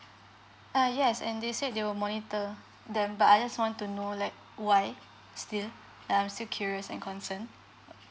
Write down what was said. uh yes and they said they will monitor them but I just want to know like why still like I'm still curious and concern